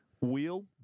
wheel